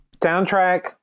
soundtrack